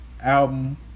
album